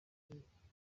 atandukanye